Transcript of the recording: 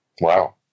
Wow